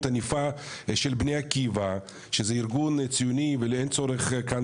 ענפה של בני עקיבא שזה ארגון ציוני ואין צורך כאן